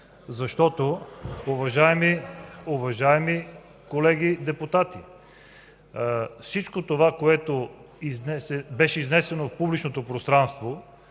ляво.) Уважаеми колеги депутати, всичко това, което беше изнесено в публичното пространство,